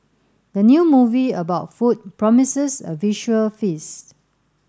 the new movie about food promises a visual feast